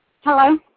Hello